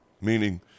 Meaning